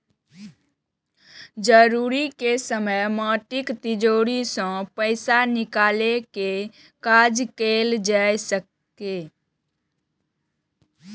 जरूरत के समय माटिक तिजौरी सं पैसा निकालि कें काज कैल जा सकैए